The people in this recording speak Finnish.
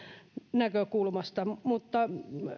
näkökulmasta mutta